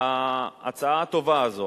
שההצעה הטובה הזאת